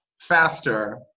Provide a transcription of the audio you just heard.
faster